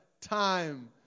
time